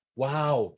wow